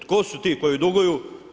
Tko su ti koji duguju?